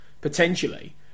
potentially